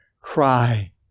cry